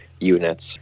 units